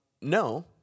No